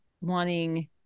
wanting